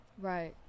right